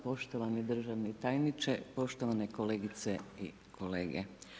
Poštovani državni tajniče, poštovane kolegice i kolege.